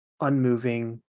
unmoving